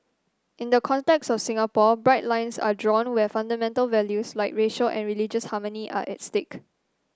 in the context of Singapore bright lines are drawn where fundamental values like racial and religious harmony are at stake